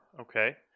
okay